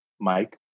Mike